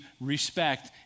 respect